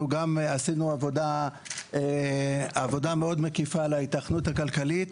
אנחנו גם עשינו עבודה מאוד מקיפה על ההיתכנות הכלכלית.